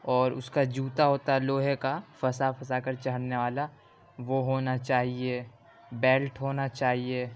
اور اس کا جوتا ووتا لوہے کا پھنسا پھنسا کر چڑھنے والا وہ ہونا چاہیے بیلٹ ہونا چاہیے